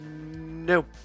nope